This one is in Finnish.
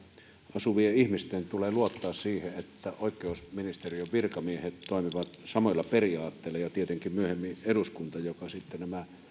asuvien ihmisten tulee luottaa siihen että oikeusministeriön virkamiehet toimivat samoilla periaatteilla ja tietenkin myöhemmin eduskunta joka sitten nämä